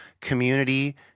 community